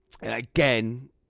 again